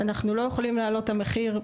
אנחנו לא יכולים להעלות את המחיר,